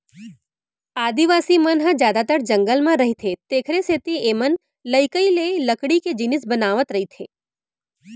आदिवासी मन ह जादातर जंगल म रहिथे तेखरे सेती एमनलइकई ले लकड़ी के जिनिस बनावत रइथें